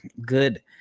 good